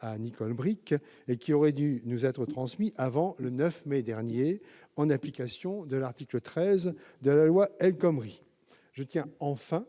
à Nicole Bricq et qui aurait dû nous être remis avant le 9 mai dernier en application de l'article 13 de la loi El Khomri. Je tiens enfin